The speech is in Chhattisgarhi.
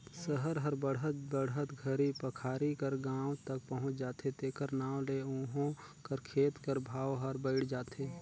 सहर हर बढ़त बढ़त घरी पखारी कर गाँव तक पहुंच जाथे तेकर नांव ले उहों कर खेत कर भाव हर बइढ़ जाथे